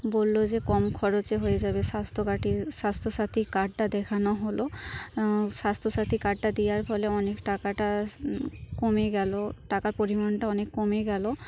বললো যে কম খরচে হয়ে যাবে স্বাস্থ্যকাটি স্বাস্থ্যসাথী কার্ডটা দেখানো হল স্বাস্থ্যসাথী কার্ডটা দেওয়ার ফলে অনেক টাকাটা কমে গেলো টাকার পরিমাণটা অনেক কমে গেলো